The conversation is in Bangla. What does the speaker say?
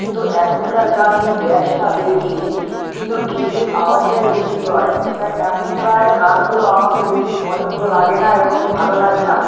কিন্তু এখনকার গানে ব্যাচটা বেশি কিন্তু ঢিপ ঢিপ আওয়াজটাই বেশি হয় তাই এখনকার গানগুলো আমাকে বেশি পছন্দ লাগে না এবং ভালো লাগে না